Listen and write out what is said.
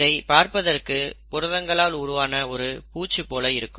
இதைப் பார்ப்பதற்கு புரதங்களால் உருவான ஒரு பூச்சு போல இருக்கும்